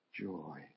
joy